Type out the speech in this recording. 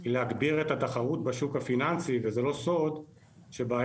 היא להגביר את התחרות בשוק הפיננסי וזה לא סוד שבעיית